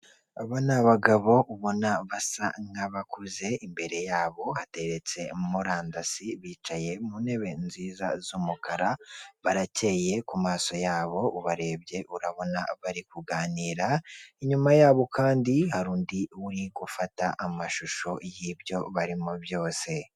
Imodoka n'amapikipiki biraparitse. Bitegereje gutwara ibintu n'abantu. Kugirango bibageze aho bashaka kujya mu buryo butabagoye. Abantu barimo kugenda ku nkengero z'umuhanda, kugira ngo bibarinde impanuka.